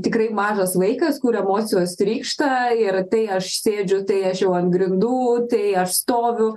tikrai mažas vaikas kur emocijos trykšta ir tai aš sėdžiu tai aš jau ant grindų tai aš stoviu